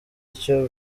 icyo